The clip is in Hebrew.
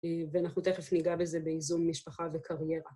‫ואנחנו תכף ניגע בזה ‫באיזון משפחה וקריירה.